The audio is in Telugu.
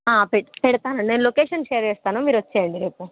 పెట్టు పెడతాను నేను లొకేషన్ షేర్ చేస్తాను మీరు వచ్చేయండి రేపు